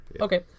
Okay